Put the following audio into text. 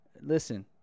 Listen